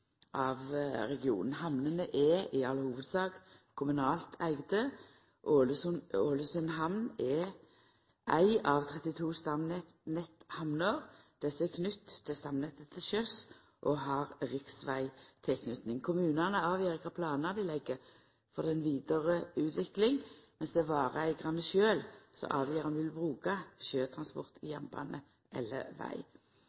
regionen. Hamnene er i all hovudsak kommunalt åtte. Ålesund havn er ei av 32 stamnetthamner. Desse er knytte til stamnettet til sjøs og har riksvegtilknyting. Kommunane avgjer kva slags planar dei legg for den vidare utviklinga, medan det er vareeigarane sjølve som avgjer om dei vil bruka sjøtransport, jernbane eller veg.